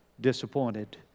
disappointed